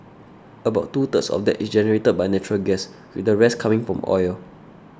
about two thirds of that it generated by natural gas with the rest coming from oil